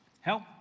Help